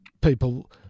people